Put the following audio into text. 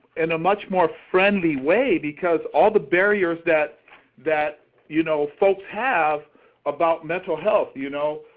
in a much more friendly way because all the barriers that that you know folks have about mental health. you know,